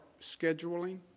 scheduling